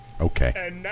Okay